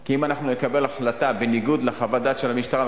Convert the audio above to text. כי אם אנחנו נקבל החלטה בניגוד לחוות הדעת של המשטרה,